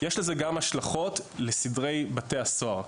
יש השלכות גם לסדרי בתי הסוהר,